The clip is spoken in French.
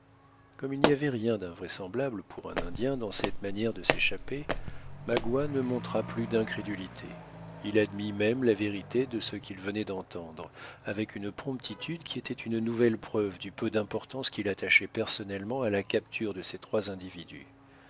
comme il n'y avait rien d'invraisemblable pour un indien dans cette manière de s'échapper magua ne montra plus d'incrédulité il admit même la vérité de ce qu'il venait d'entendre avec une promptitude qui était une nouvelle preuve du peu d'importance qu'il attachait personnellement à la capture de ces trois individus